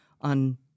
on